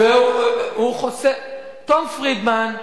תום פרידמן,